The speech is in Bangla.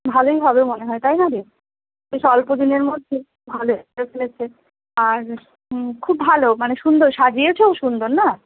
ভালোই হবে মনে হয় তাই না রে বেশ অল্প দিনের মধ্যে ভালো আর খুব ভালো মানে সুন্দর সাজিয়েছেও সুন্দর না